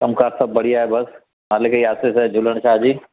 कमुकारु सभु बढ़िया आहे बसि हालांकी आसीस झूलणु शाह जी